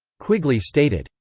quigley stated,